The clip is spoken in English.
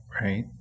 right